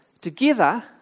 together